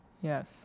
Yes